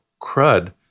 crud